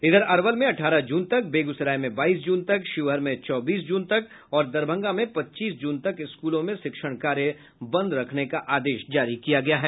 इधर अरवल में अठारह जून तक बेगूसराय में बाईस जून तक शिवहर में चौबीस जून तक और दरभंगा में पच्चीस जून तक स्कूलों में शिक्षण कार्य बंद रखने का आदेश जारी किया गया है